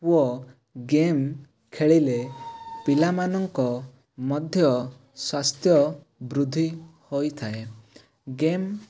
ଓ game ଖେଳିଲେ ପିଲାମାନଙ୍କ ମଧ୍ୟ ସ୍ୱାସ୍ଥ୍ୟ ବୃଦ୍ଧି ହୋଇଥାଏ ଗେମ୍